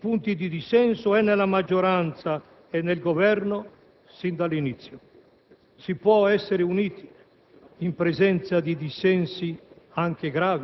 L'Italia diverrebbe corresponsabile di una operazione militare americana unilaterale e obiettivo di una eventuale ritorsione bellica.